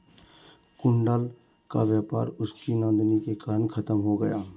कुणाल का व्यापार उसकी नादानी के कारण खत्म हो गया